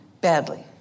Badly